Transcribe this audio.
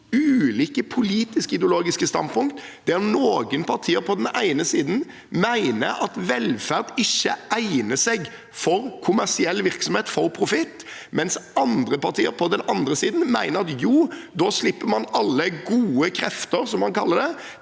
ulike politiske, ideologiske standpunkt der noen partier på den ene siden mener at velferd ikke egner seg for kommersiell virksomhet – for profitt – mens andre partier på den andre siden mener at man da slipper til «alle gode krefter», som man kaller det.